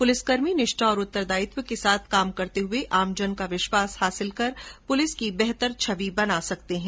पुलिसकर्मी निष्ठा और उत्तरदायित्व के साथ काम करते हुए आमजन का विश्वास हासिल कर पुलिस की बेहतर छवी बना सकते है